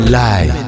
lie